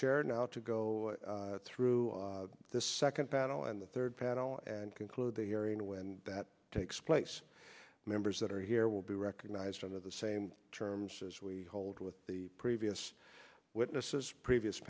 chair now to go through the second panel and the third panel and conclude the hearing when that takes place members that are here will be recognized under the same terms as we hold with the previous witnesses previous